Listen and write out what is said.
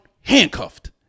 handcuffed